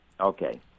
Okay